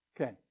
Okay